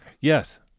Yes